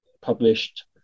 published